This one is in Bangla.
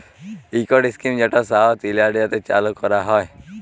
ইকট ইস্কিম যেট সাউথ ইলডিয়াতে চালু ক্যরা হ্যয়